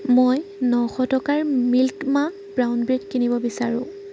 মই নশ টকাৰ মিল্ক মা ব্ৰাউন ব্ৰেড কিনিব বিচাৰোঁ